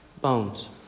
bones